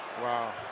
Wow